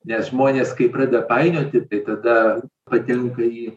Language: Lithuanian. nes žmonės kai pradeda painioti tai tada patenka į